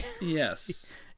Yes